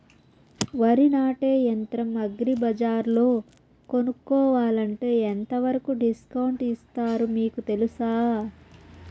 వరి నాటే యంత్రం అగ్రి బజార్లో కొనుక్కోవాలంటే ఎంతవరకు డిస్కౌంట్ ఇస్తారు మీకు తెలుసా?